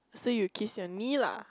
so you kiss at me lah